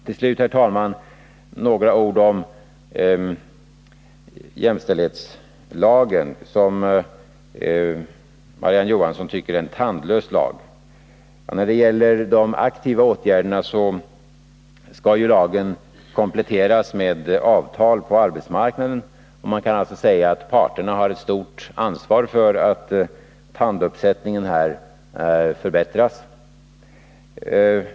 Till slut, herr talman, några ord om jämställdhetslagen, som Marie-Ann Johansson tycker är en tandlös lag. När det gäller de aktiva åtgärderna skall lagen kompletteras med avtal på arbetsmarknaden. Man kan alltså säga att Nr 33 parterna har ett stort ansvar för att tanduppsättningen förbättras.